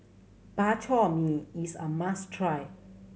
Bak Chor Mee is a must try